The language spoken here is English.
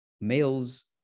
males